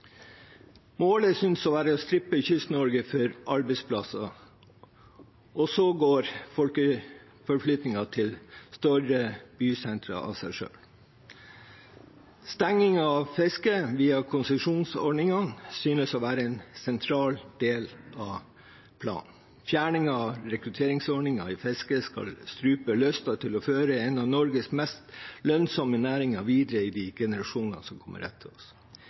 Målet synes å være å strippe Kyst-Norge for arbeidsplasser, og så går folkeforflyttingen til større bysentra av seg selv. Stengingen av fisket via konsesjonsordningene synes å være en sentral del av planen. Fjerningen av rekrutteringsordningen i fisket skal strupe lysten til å føre en av Norges mest lønnsomme næringer videre i de generasjonene som kommer etter oss.